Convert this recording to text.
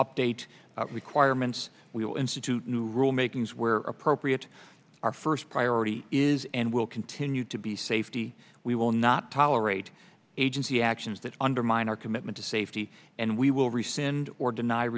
update requirements we will institute new rule makings where appropriate our first priority is and will continue to be safety we will not tolerate agency actions that undermine our commitment to safety and we will rescind or den